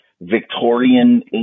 Victorian